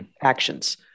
actions